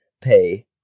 Pay